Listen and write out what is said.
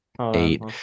eight